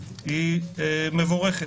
היא מבורכת.